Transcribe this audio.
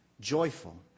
joyful